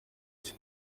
cye